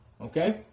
Okay